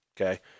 Okay